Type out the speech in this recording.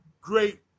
great